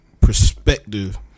perspective